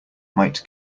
might